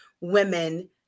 women